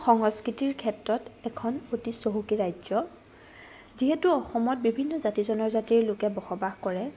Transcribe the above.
সংস্কৃতিৰ ক্ষেত্ৰত এখন অতি চহকী ৰাজ্য যিহেতু অসমত বিভিন্ন জাতি জনজাতিৰ লোকে বসবাস কৰে